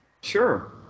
Sure